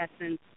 essence